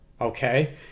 okay